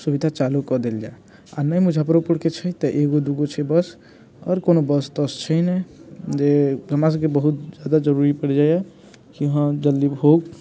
सुविधा चालू कऽ देल जाय आ नहि मुजफ्फरोपुरके छै तऽ एगो दूगो छै बस आओर कोनो बस तस छै नहि जे हमरासभके बहुत जरूरी पड़ि जाइए कि हँ जल्दी हो